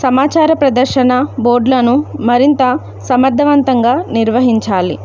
సమాచార ప్రదర్శన బోర్డులను మరింత సమర్థవంతంగా నిర్వహించాలి